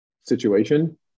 situation